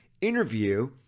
interview